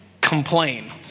Complain